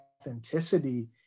authenticity